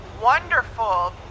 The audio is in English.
wonderful